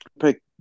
pick